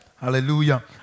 Hallelujah